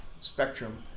spectrum